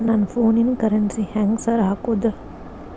ನನ್ ಫೋನಿಗೆ ಕರೆನ್ಸಿ ಹೆಂಗ್ ಸಾರ್ ಹಾಕೋದ್?